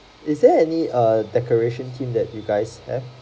is there any err decoration team that you guys have